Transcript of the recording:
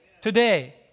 today